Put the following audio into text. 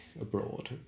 abroad